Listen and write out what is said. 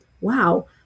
wow